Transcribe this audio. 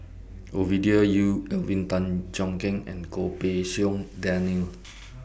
Ovidia Yu Alvin Tan Cheong Kheng and Goh Pei Siong Daniel